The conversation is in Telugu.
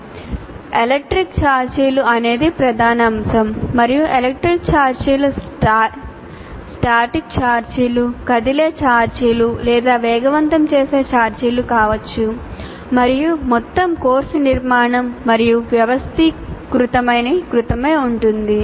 "ఎలక్ట్రిక్ ఛార్జీలు" అనేది ప్రధాన అంశం మరియు ఎలక్ట్రిక్ ఛార్జీలు స్టాటిక్ ఛార్జీలు కదిలే ఛార్జీలు లేదా వేగవంతం చేసే ఛార్జీలు కావచ్చు మరియు మొత్తం కోర్సు నిర్మాణం మరియు వ్యవస్థీకృతమై ఉంటుంది